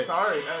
sorry